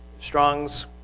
Strong's